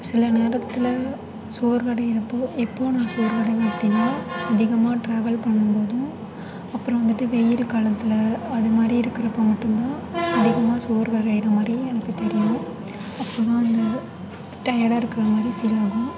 சில நேரத்தில் சோர்வடைகிறப்போ எப்போது நான் சோர்வடையுவேன் அப்படின்னா அதிகமாக ட்ராவல் பண்ணும்போதும் அப்பறம் வந்துட்டு வெயில் காலத்தில் அதுமாதிரி இருக்கிறப்போ மட்டும் தான் அதிகமாக சோர்வடையிறமாரி எனக்கு தெரியும் அப்போது தான் அந்த டயர்டாக இருக்கிற மாதிரி ஃபீலாகும்